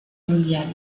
mondiale